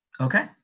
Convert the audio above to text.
Okay